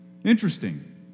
interesting